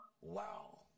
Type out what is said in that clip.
Wow